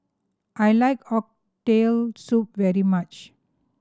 I like Oxtail Soup very much